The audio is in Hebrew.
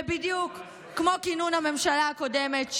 ובדיוק כמו כינון הממשלה הקודמת,